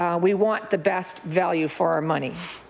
um we want the best value for our money.